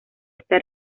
está